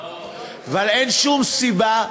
אבל אין שום סיבה,